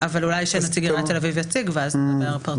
אולי שנציג עיריית תל אביב יציג, ואז נדבר פרטנית.